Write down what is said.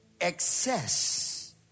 Excess